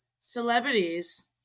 Celebrities